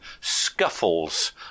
scuffles